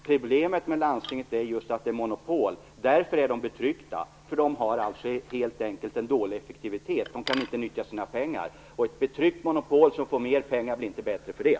Problemet med landstingen är att det är monopol, och därför är de betryckta. De har helt enkelt en dålig effektivitet och kan inte utnyttja sina pengar. Ett betryckt monopol som får mer pengar blir inte bättre för det.